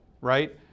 right